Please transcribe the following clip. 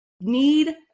need